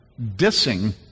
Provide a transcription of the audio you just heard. dissing